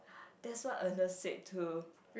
that's what Ernest said too